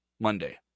Monday